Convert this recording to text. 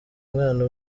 umwana